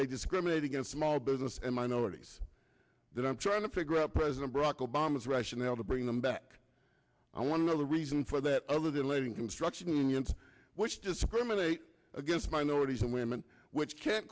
they discriminate against small business and minorities that i'm trying to figure out president barack obama's rationale to bring them back i want to know the reason for that a little late in construction yes which discriminate against minorities and women which can